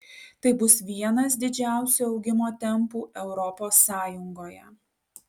tai bus vienas didžiausių augimo tempų europos sąjungoje